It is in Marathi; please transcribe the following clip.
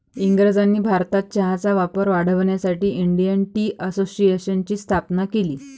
इंग्रजांनी भारतात चहाचा वापर वाढवण्यासाठी इंडियन टी असोसिएशनची स्थापना केली